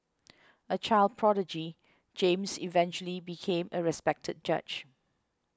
a child prodigy James eventually became a respected judge